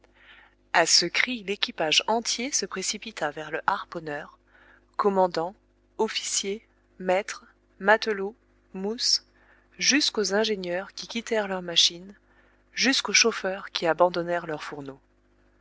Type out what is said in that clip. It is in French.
a ce cri l'équipage entier se précipita vers le harponneur commandant officiers maîtres matelots mousses jusqu'aux ingénieurs qui quittèrent leur machine jusqu'aux chauffeurs qui abandonnèrent leurs fourneaux